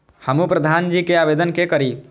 हमू प्रधान जी के आवेदन के करी?